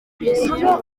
priscillah